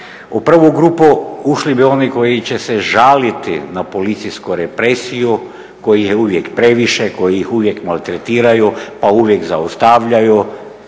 U prvu grupu ušli bi oni koji će se žaliti na policijsku represiju, kojih je uvijek previše, kojih uvijek maltretiraju pa uvijek zaustavljaju.